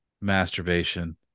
masturbation